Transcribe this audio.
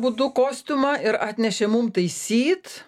būdu kostiumą ir atnešė mum taisyt